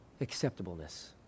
acceptableness